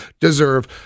deserve